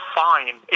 fine